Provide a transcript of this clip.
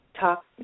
talk